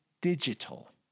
digital